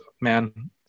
man